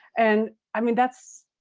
and i mean that's,